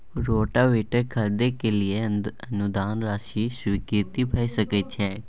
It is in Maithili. रोटावेटर खरीदे के लिए अनुदान राशि स्वीकृत भ सकय छैय?